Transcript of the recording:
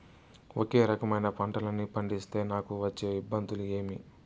ఒకే రకమైన పంటలని పండిస్తే నాకు వచ్చే ఇబ్బందులు ఏమి?